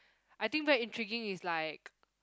I think what intriguing is like